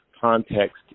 context